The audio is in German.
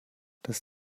das